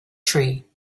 tree